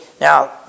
Now